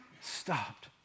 stopped